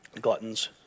gluttons